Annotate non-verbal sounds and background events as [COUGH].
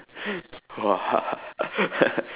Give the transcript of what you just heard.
!wah! [LAUGHS]